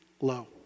low